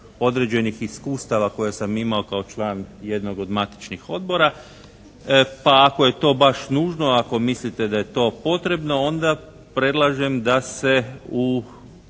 određenih iskustava koja sam imao kao član jednog od matičnih odbora, pa ako je to baš nužno, ako mislite da je to potrebno onda predlažem da se u